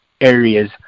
areas